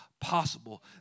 possible